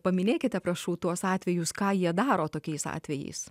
paminėkite prašau tuos atvejus ką jie daro tokiais atvejais